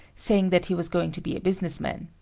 saying that he was going to be a businessman.